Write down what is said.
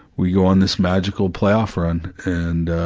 we go on this magical playoff run and ah,